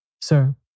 Sir